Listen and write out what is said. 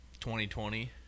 2020